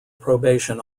probation